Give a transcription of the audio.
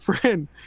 friend